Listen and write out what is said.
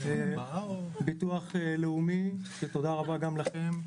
לביטוח לאומי תודה רבה גם לכם.